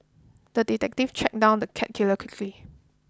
the detective tracked down the cat killer quickly